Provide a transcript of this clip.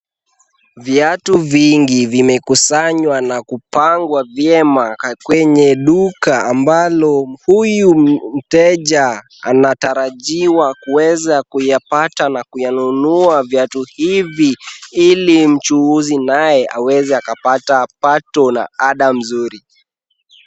Viatu vingi vimekusanywa na kupangwa vyema kwenye duka ambalo huyu mteja anatarajiwa kuweza kuyapata na kuyanunua viatu hivi ili mchuuzi naye aweze akapata pato la ada mzuri.